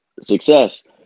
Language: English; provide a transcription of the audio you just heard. success